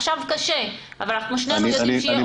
עכשיו קשה, אבל שנינו יודעים שיהיה עוד יותר קשה.